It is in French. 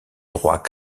droit